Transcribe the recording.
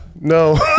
No